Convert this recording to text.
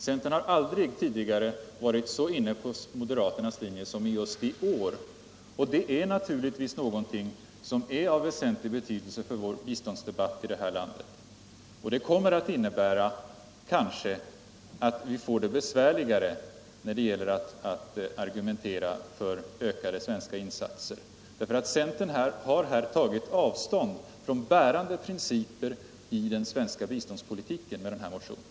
Centern har aldrig tidigare varit så inne på moderaternas linje som just i år, och det är naturligtvis av väsentlig betydelse för vår biståndsdebatt. Det kommer kanske att innebära att vi får det besvärligare när det gäller att argumentera för ökade svenska insatser. Centern har i sin motion tagit avstånd från bärande principer i den svenska biståndspolitiken.